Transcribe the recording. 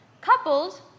coupled